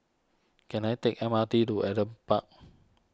can I take M R T to Adam Park